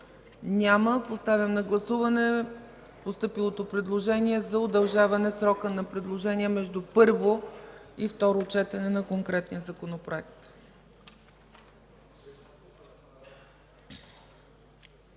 Няма. Поставям на гласуване постъпилото предложение за удължаване срока на предложения между първо и второ четене на конкретния законопроект.